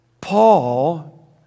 Paul